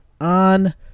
on